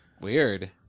Weird